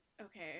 Okay